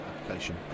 application